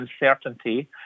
uncertainty